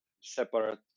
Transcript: separate